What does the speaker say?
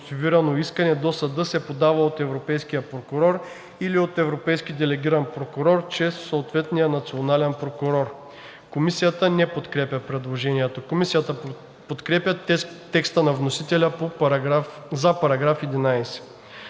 Комисията не подкрепя предложението. Комисията подкрепя текста на вносителя за § 11.